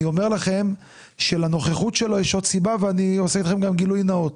אני אומר לכם שלנוכחות שלו יש עוד סיבה ואני עושה איתכם גם גילוי נאות.